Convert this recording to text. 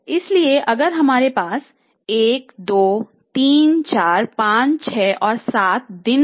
इसलिए अगर हमारे पास 1 2 3456 और 7 जैसे दिन हैं